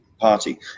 party